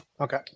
Okay